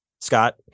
scott